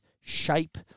shape